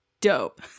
dope